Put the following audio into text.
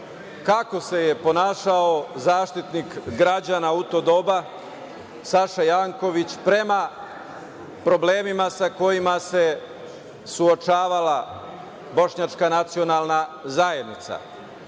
kako se ponašao Zaštitnik građana, u to doba Saša Janković, prema problemima sa kojima se suočavala bošnjačka nacionalna zajednica. Imamo